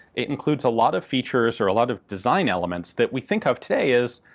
it includes a lot of features, or a lot of design elements, that we think of today as,